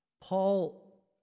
Paul